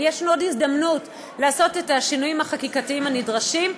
יש לנו עוד הזדמנות לעשות את השינויים החקיקתיים הנדרשים.